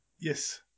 Yes